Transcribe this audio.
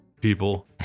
people